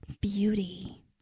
beauty